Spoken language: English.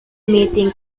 meeting